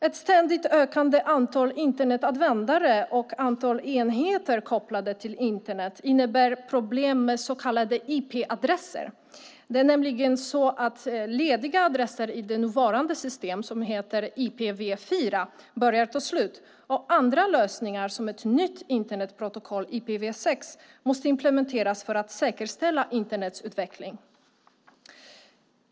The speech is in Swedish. Ett ständigt ökande antal Internetanvändare och antal enheter kopplade till Internet innebär problem med så kallade IP-adresser. Lediga adresser i det nuvarande systemet, IPv4, börjar ta slut och andra lösningar, till exempel ett nytt Internetprotokoll, IPv6, måste implementeras för att säkerställa Internets utveckling.